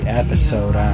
episode